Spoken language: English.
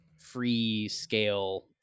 free-scale